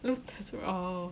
look as well uh